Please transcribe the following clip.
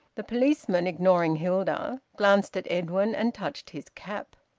the policeman, ignoring hilda, glanced at edwin, and touched his cap.